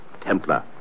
Templar